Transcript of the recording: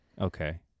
okay